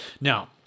Now